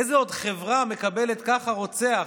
איזו עוד חברה מקבלת ככה רוצח,